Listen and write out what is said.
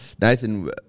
Nathan